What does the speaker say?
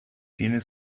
tiene